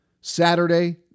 Saturday